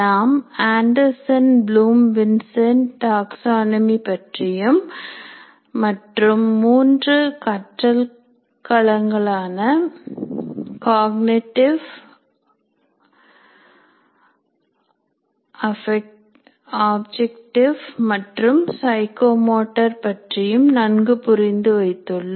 நாம் Anderson Bloom Vincent taxonomy பற்றியும் மற்றும் 3 கற்றல் களங்கலான காக்னிடிவ் ஆப்பெக்டிப் மற்றும் சைக்கோ மோட்டார் பற்றியும் நன்கு புரிந்து வைத்துள்ளோம்